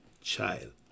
child